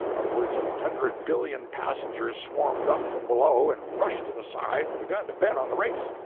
upwards of a hundred billion passengers swarmed up from below and rushed to the side and begun to bet on the race.